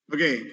Okay